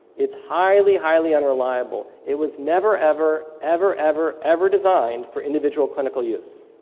it's highly, highly unreliable. it was never, ever, ever, ever, ever designed for individual clinical use.